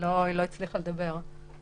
לא הצליחה לדבר.